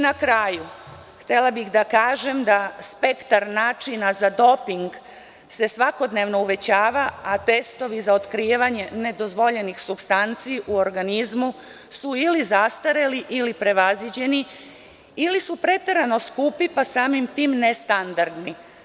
Na kraju, htela bih da kažem da spektar načina za doping se svakodnevno uvećava a testovi za otkrivanje nedozvoljenih supstanci u organizmu su ili zastareli ili prevaziđeni, ili su preterano skupi pa samim tim nestandardni.